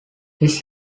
his